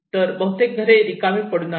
तर बहुतेक घरे रिकामे पडून आहेत